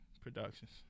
productions